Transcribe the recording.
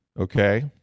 okay